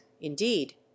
indeed